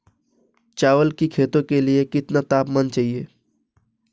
चावल की खेती के लिए कितना तापमान चाहिए?